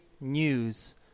news